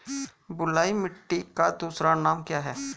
बलुई मिट्टी का दूसरा नाम क्या है?